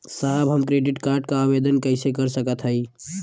साहब हम credit card क आवेदन कइसे कर सकत हई?